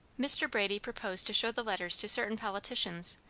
mr. brady proposed to show the letters to certain politicians,